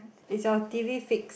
is a T_V fix